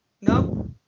No